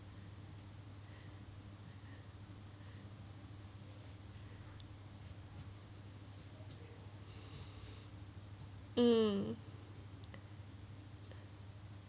um